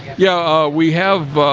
yeah, we have